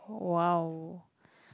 !wow!